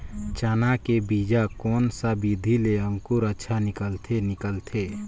चाना के बीजा कोन सा विधि ले अंकुर अच्छा निकलथे निकलथे